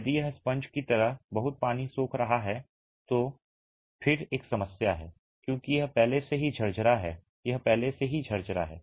यदि यह स्पंज की तरह बहुत पानी सोख रहा है जो फिर से एक समस्या है क्योंकि यह पहले से ही झरझरा है यह पहले से ही झरझरा है